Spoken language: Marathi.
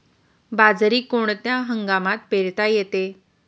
बाजरी कोणत्या हंगामात पेरता येते?